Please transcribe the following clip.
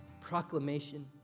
proclamation